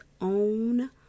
own